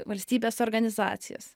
valstybės organizacijos